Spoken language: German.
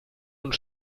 und